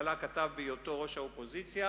הממשלה כתב בהיותו ראש האופוזיציה,